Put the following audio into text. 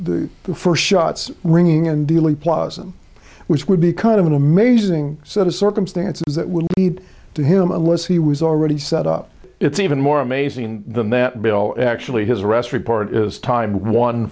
the first shots ringing in dealey plaza which would be kind of an amazing set of circumstances that would lead to him unless he was already set up it's even more amazing than that bill actually his arrest report is timed one